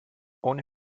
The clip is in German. ohne